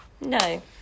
No